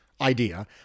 idea